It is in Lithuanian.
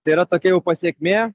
tai yra tokia pasekmė